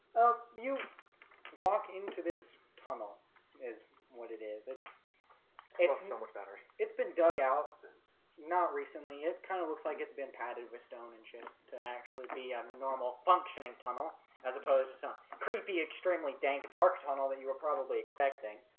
you walk into this tunnel is what it is. it's it's so much better. it's been dug out and not recently it kind of looks like it's been padded with stone and shit to actually be a normal functioning tunnel as opposed to some creepy extremely dank dark tunnel that you were probably expecting